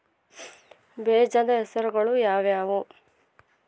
ಬೇಜದ ಹೆಸರುಗಳು ಯಾವ್ಯಾವು?